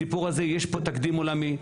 הסיפור הזה, יש פה תקדים עולמי.